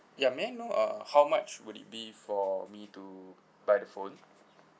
ya may I know uh how much would it be for me to buy the phone